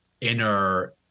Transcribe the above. inner